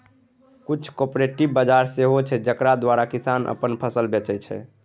किछ कॉपरेटिव बजार सेहो छै जकरा द्वारा किसान अपन फसिल बेचै छै